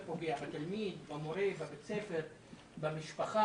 זה פוגע הן במורה והן בתלמיד.